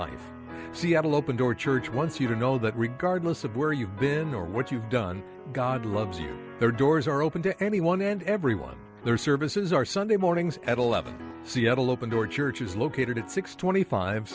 an open door church once you know that regardless of where you've been or what you've done god loves you there doors are open to anyone and everyone their services are sunday mornings at eleven seattle open door church is located at six twenty five